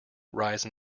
rise